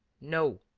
no,